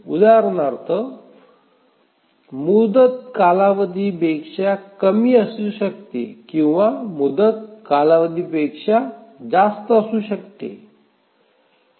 उदाहरणार्थ मुदत कालावधीपेक्षा कमी असू शकते किंवा काही मुदत कालावधीपेक्षा जास्त असू शकते